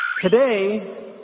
Today